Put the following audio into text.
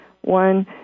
one